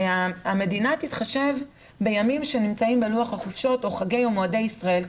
אומר שהמדינה תתחשב בימים שנמצאים בלוח החופשות או בחגי ומועדי ישראל,